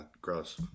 gross